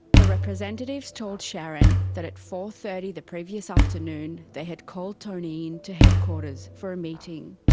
the representatives told sharon that at four thirty the previous afternoon they had called tony in to headquarters for a meeting.